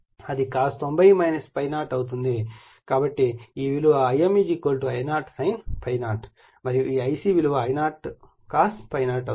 కాబట్టి ఈ విలువ Im I0 sin ∅0 మరియు ఈ Ic విలువ I0 cos ∅0 గా అవుతుంది